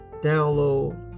download